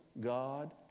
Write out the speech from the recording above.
God